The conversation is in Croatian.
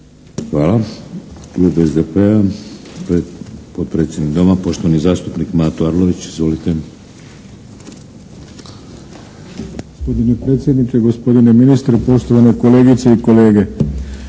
Hvala. Klub SDP-a, potpredsjednik Doma poštovani zastupnik Mato Arlović. Izvolite. **Arlović, Mato (SDP)** Gospodine predsjedniče, gospodine ministre, poštovane kolegice i kolege.